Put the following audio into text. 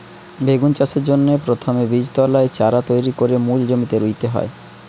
বেগুন চাষের জন্যে প্রথমে বীজতলায় চারা তৈরি কোরে মূল জমিতে রুইতে হয়